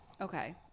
Okay